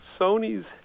Sony's